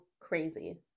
crazy